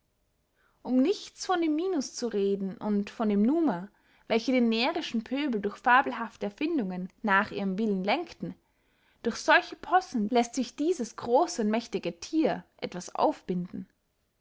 um nichts von dem minus zu reden und von dem numa welche den närrischen pöbel durch fabelhafte erfindungen nach ihrem willen lenkten durch solche possen läßt sich dieses grosse und mächtige thier etwas aufbinden